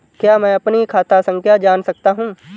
क्या मैं अपनी खाता संख्या जान सकता हूँ?